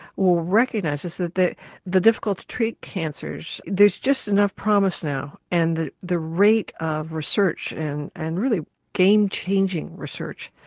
will recognise this, that the the difficult to treat cancers, there's just enough promise now and the the rate of research and and really game-changing research,